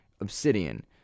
Obsidian